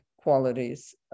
qualities